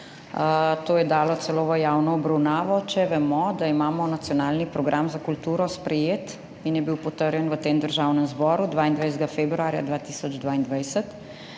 to je dalo celo v javno obravnavo, če vemo, da imamo sprejet nacionalni program za kulturo in je bil potrjen tukaj v Državnem zboru 22. februarja 2022